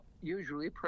Usually